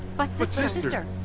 but but sister,